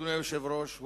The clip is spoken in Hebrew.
אדוני היושב-ראש,